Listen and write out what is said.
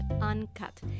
uncut